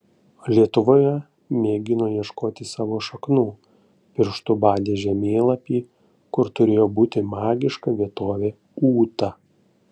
lietuvoje mėgino ieškoti savo šaknų pirštu badė žemėlapį kur turėjo būti magiška vietovė ūta